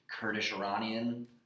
Kurdish-Iranian